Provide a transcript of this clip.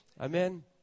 Amen